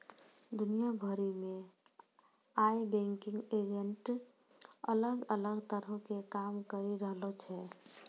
दुनिया भरि मे आइ बैंकिंग एजेंट अलग अलग तरहो के काम करि रहलो छै